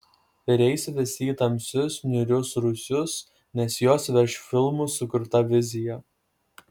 ir eis visi į tamsius niūrius rūsius nes juos veš filmų sukurta vizija